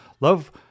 Love